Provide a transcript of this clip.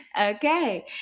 Okay